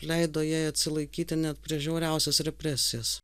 leido jai atsilaikyti net prieš žiauriausias represijas